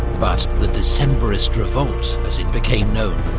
but the decembrist revolt, as it became known,